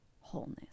wholeness